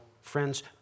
friends